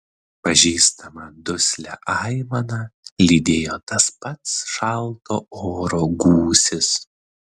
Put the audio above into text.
pažįstamą duslią aimaną lydėjo tas pats šalto oro gūsis